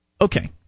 Okay